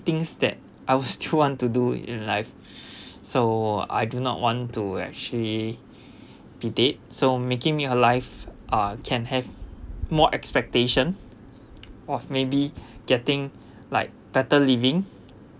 things that I will still want to do in life so I do not want to actually be dead so making me alive ah can have more expectation of maybe getting like better living